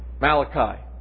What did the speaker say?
Malachi